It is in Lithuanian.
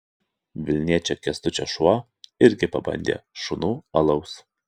vilniečio kęstučio šuo irgi pabandė šunų alaus